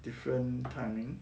different timing